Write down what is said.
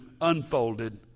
unfolded